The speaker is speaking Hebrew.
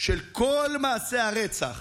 של כל מעשי הרצח.